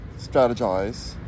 strategize